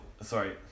sorry